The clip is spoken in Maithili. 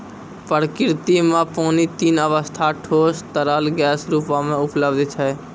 प्रकृति म पानी तीन अबस्था ठोस, तरल, गैस रूपो म उपलब्ध छै